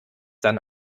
dann